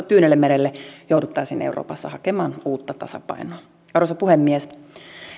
tyynellemerelle jouduttaisiin euroopassa hakemaan uutta tasapainoa arvoisa puhemies